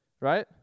right